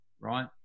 right